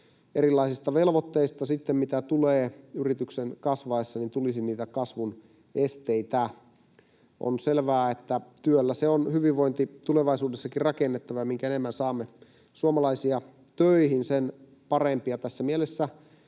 erilaisista velvoitteista, mitä tulee yrityksen kasvaessa, tulisi niitä kasvun esteitä. On selvää, että työllä se on hyvinvointi tulevaisuudessakin rakennettava, ja mitä enemmän saamme suomalaisia töihin, sen parempi, ja tässä mielessä